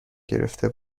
گرفته